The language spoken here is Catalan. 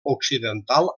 occidental